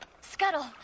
Scuttle